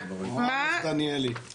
יותר מדיי להתייחס למה שנאמר פה אין לי,